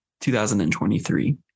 2023